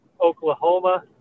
Oklahoma